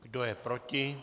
Kdo je proti?